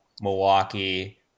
Milwaukee